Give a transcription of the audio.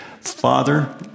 Father